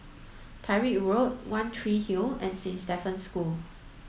Tyrwhitt Road One Tree Hill and Saint Stephen's School